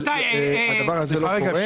הדבר הזה לא קורה.